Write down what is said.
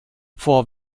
vor